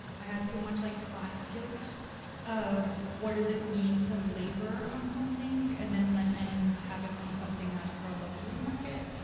i had too much, like, class guilt of what does it mean to labor on something and in the end have it be something that's for a luxury market.